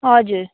हजुर